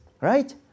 right